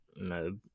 no